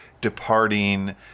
departing